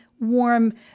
warm